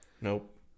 Nope